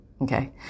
Okay